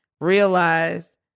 realized